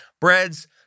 Breads